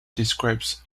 describes